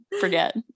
Forget